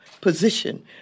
position